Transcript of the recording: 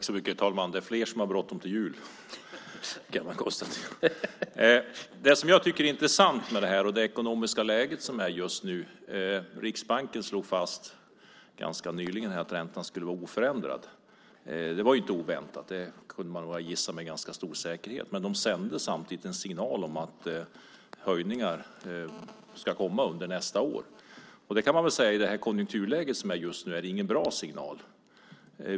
Herr talman! Det är ett intressant ekonomiskt läge just nu. Riksbanken slog ganska nyligen fast att räntan skulle vara oförändrad. Det var inte oväntat. Det kunde man gissa med ganska stor säkerhet. Men man sände samtidigt en signal om att höjningar ska komma under nästa år. I det konjunkturläge som är just nu är det ingen bra signal.